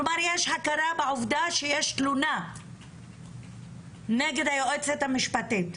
כלומר יש הכרה בעובדה שיש תלונה נגד היועצת המשפטית.